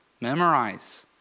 Memorize